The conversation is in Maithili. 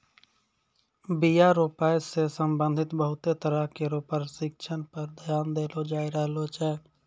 बीया रोपै सें संबंधित बहुते तरह केरो परशिक्षण पर ध्यान देलो जाय रहलो छै